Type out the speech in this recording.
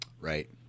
Right